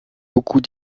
beaucoup